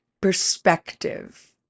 perspective